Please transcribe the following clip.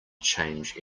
change